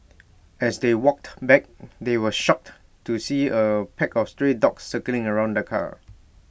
as they walked back they were shocked to see A pack of stray dogs circling around the car